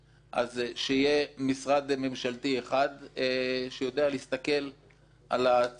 שיהיה משרד ממשלתי אחד שיודע להסתכל על הצרכים